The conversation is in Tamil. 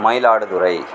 மயிலாடுதுறை